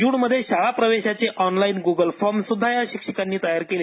जूनमध्ये शाळा प्रवेशाचे ऑनलाइन गुगल फॉर्म सुद्धा या शिक्षिकांनी तयार केला